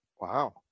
Wow